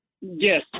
Yes